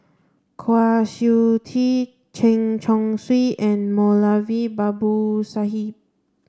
Kwa Siew Tee Chen Chong Swee and Moulavi Babu Sahib